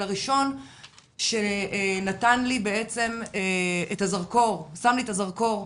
הראשון שנתן לי בעצם את הזרקור, שם לי את הזרקור,